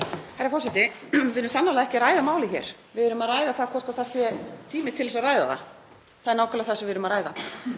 Herra forseti. Við erum sannarlega ekki að ræða málið hér. Við erum að ræða það hvort það sé tími til að ræða það. Það er nákvæmlega það sem við erum að ræða.